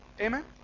amen